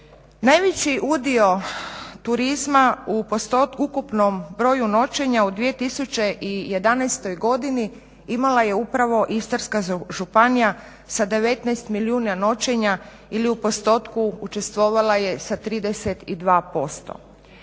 najveći udio u ukupnom broju noćenja u 2011.godini imala je upravo Istarska županija sa 19 milijuna noćenja ili u postotku učestvovala je sa 32%.